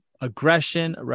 Aggression